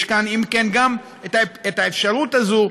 אם כן, יש כאן גם את האפשרות הזאת.